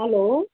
hello